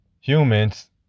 humans